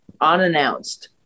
unannounced